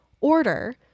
order